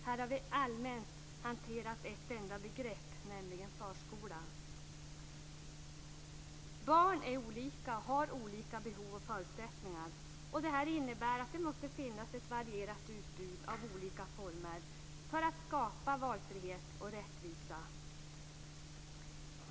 Här har vi allmänt hanterat ett enda begrepp, nämligen förskolan. Barn är olika och har olika behov och förutsättningar. Det innebär att det måste finnas ett varierat utbud av olika former för att skapa valfrihet och rättvisa.